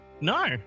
No